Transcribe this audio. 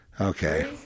okay